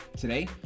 Today